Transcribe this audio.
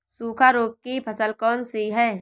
सूखा रोग की फसल कौन सी है?